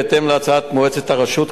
בהתאם להצעת מועצת הרשות,